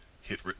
hit